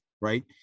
right